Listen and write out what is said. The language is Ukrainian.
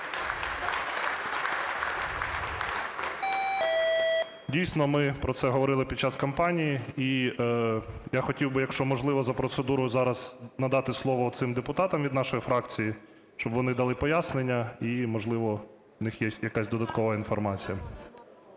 Дійсно, ми про це говорили під час кампанії. І я хотів би, якщо можливо за процедурою, зараз надати слово цим депутатам від нашої фракції, щоб вони дали пояснення і, можливо, в них є якась додаткова інформація.